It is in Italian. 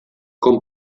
con